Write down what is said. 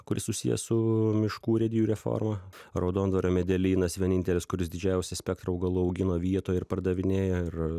kuris susijęs su miškų urėdijų reforma raudondvario medelynas vienintelis kuris didžiausią spektrą augalų augina vietoj ir pardavinėja ir